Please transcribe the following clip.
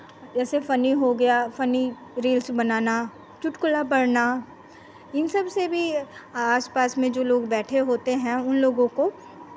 जैसे फनी हो गया फनी रील्स बनाना चुटकुला पढ़ना इन सबसे भी आस पास में जो लोग बैठे होते हैं उनलोगों को